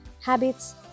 habits